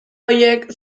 horiek